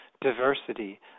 diversity